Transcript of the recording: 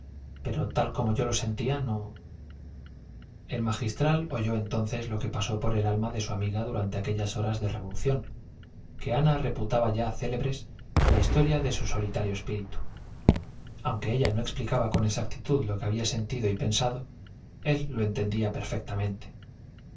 pero tal como yo lo sentía no el magistral oyó entonces lo que pasó por el alma de su amiga durante aquellas horas de revolución que ana reputaba ya célebres en la historia de su solitario espíritu aunque ella no explicaba con exactitud lo que había sentido y pensado él lo entendía perfectamente